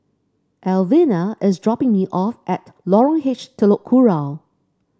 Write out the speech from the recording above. Elvina is dropping me off at Lorong H Telok Kurau